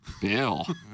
bill